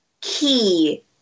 key